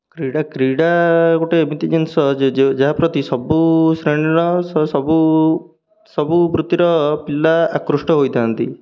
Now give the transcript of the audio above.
କ୍ରୀଡ଼ା କ୍ରୀଡ଼ା ଗୋଟେ ଏମିତି ଜିନିଷ ଯେ ଯାହା ପ୍ରତି ସବୁ ଶ୍ରେଣୀର ସବୁ ସବୁ ବୃତ୍ତିର ପିଲା ଆକୃଷ୍ଟ ହୋଇଥାନ୍ତି